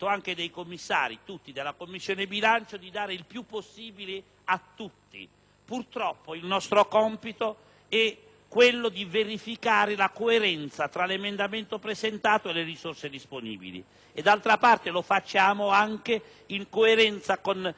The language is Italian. purtroppo, il nostro compito è quello di verificare la coerenza tra l'emendamento presentato e le risorse disponibili. D'altra parte, lo facciamo anche in coerenza con il Governo e, nel nostro caso, con il Ministro dell'economia.